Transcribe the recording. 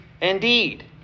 indeed